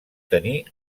tenir